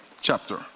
chapter